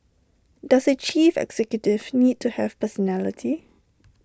does A chief executive need to have personality